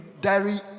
diary